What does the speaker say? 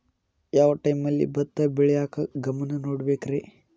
ಯಾವ್ ಟೈಮಲ್ಲಿ ಭತ್ತ ಬೆಳಿಯಾಕ ಗಮನ ನೇಡಬೇಕ್ರೇ?